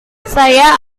saya